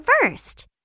first